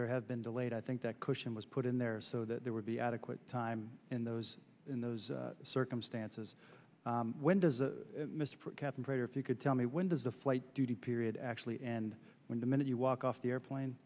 there has been delayed i think that cushion was put in there so that there would be adequate time in those in those circumstances when does the captain greater if you could tell me when does the flight duty period actually end when the minute you walk off the airplane